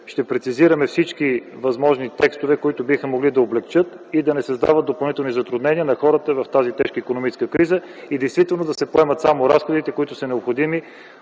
ще прецизираме всички възможни текстове, които биха могли да облекчат и да не създават допълнителни затруднения на хората в тази тежка икономическа криза и действително да се поемат само разходите, които са необходими